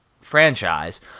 franchise